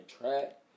track